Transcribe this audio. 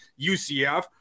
UCF